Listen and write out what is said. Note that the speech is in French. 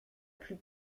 plus